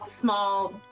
small